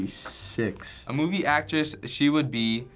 six. a movie actress she would be,